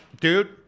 dude